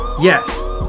Yes